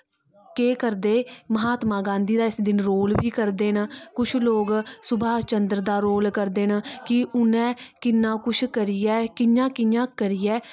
केह् करदे महात्मा गांधी दा रोल बी करदे ना कुछ लोक सुभाष चन्द्र दा रौल करदे ना कि उन्हे किना कुछ करियै कि'यां कि'यां करियै